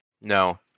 no